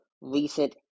recent